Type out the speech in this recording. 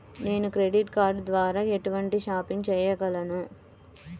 నేను credit card ద్వార ఎటువంటి షాపింగ్ చెయ్యగలను?